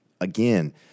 Again